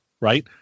right